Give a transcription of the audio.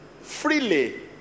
Freely